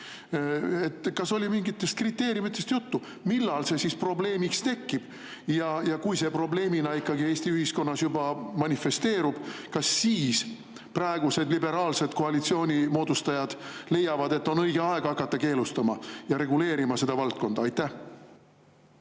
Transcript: Kas oli mingitest kriteeriumitest juttu, millal see siis probleemiks [muutub]? Ja kui see probleemina Eesti ühiskonnas juba manifesteerub, kas siis praegused liberaalsed koalitsiooni moodustajad leiavad, et on õige aeg hakata keelustama [burkat ja nikaabi] ja reguleerima seda valdkonda? Aitäh